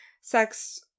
sex